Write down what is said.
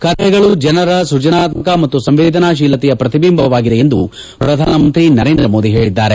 ಕತೆಗಳು ಜನರ ಸೃಜನಾತ್ಮಕ ಮತ್ತ ಸಂವೇದನಾತೀಲತೆಯ ಪ್ರತಿಬಿಂಬವಾಗಿದೆ ಎಂದು ಪ್ರಧಾನಮಂತ್ರಿ ನರೇಂದ್ರ ಮೋದಿ ಹೇಳಿದ್ದಾರೆ